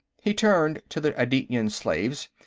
he turned to the adityan slaves.